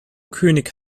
könig